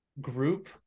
group